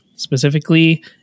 specifically